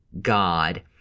God